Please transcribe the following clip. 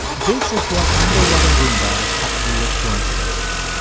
this is what underwater roombas have to do with coincidences.